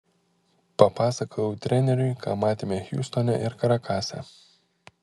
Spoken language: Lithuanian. papasakojau treneriui ką matėme hjustone ir karakase